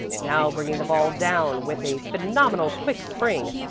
now bringing the ball down with a phenomenal quick spring,